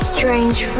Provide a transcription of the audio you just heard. Strange